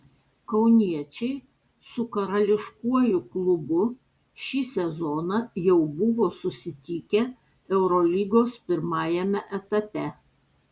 kauniečiai su karališkuoju klubu šį sezoną jau buvo susitikę eurolygos pirmajame etape